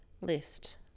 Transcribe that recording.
list